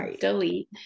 delete